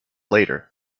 later